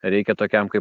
reikia tokiam kaip